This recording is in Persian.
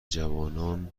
جوانان